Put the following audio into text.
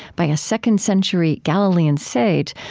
by a second century galilean sage,